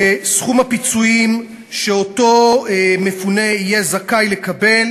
שסכום הפיצויים שאותו מפונה יהיה זכאי לקבל